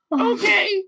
okay